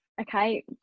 Okay